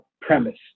premise